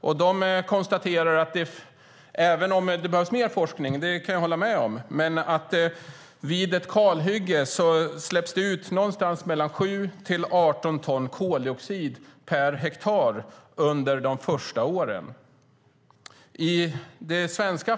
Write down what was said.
Jag kan hålla med om att det behövs mer forskning, men de konstaterade att det vid ett kalhygge släpps ut mellan 7 och 18 ton koldioxid per hektar de första åren.